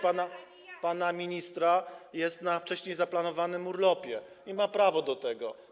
pana ministra, to jest na wcześniej zaplanowanym urlopie i ma prawo do tego.